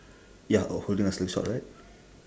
ya uh holding a slingshot right